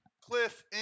Cliff